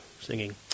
singing